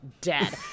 dead